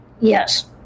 Yes